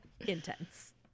intense